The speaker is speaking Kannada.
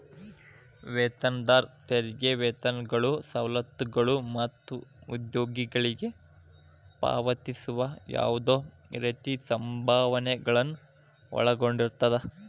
ವೇತನದಾರ ತೆರಿಗೆ ವೇತನಗಳು ಸವಲತ್ತುಗಳು ಮತ್ತ ಉದ್ಯೋಗಿಗಳಿಗೆ ಪಾವತಿಸುವ ಯಾವ್ದ್ ರೇತಿ ಸಂಭಾವನೆಗಳನ್ನ ಒಳಗೊಂಡಿರ್ತದ